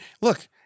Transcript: Look